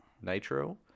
nitro